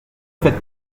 faites